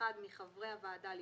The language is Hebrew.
כבוד היושב-ראש,